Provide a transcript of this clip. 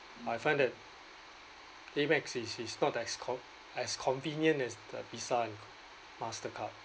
I find that AMEX is is not that as con~ as convenient as the VISA and mastercard